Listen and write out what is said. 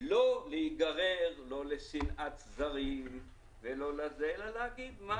לא להיגרר ל לשנאת זרים אלא לומר מה